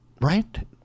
right